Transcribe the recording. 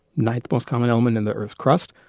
ninth most common element in the earth's crust,